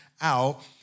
out